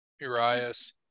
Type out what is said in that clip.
Urias